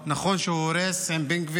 נכון שהוא הורס, עם בן גביר,